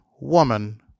Woman